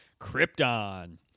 Krypton